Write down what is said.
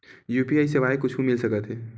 UPI सेवाएं से कुछु मिल सकत हे?